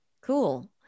Cool